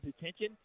attention